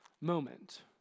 moment